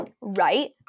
Right